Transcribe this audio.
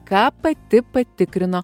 ką pati patikrino